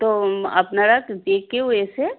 তো আপনারা ক্ যে কেউ এসে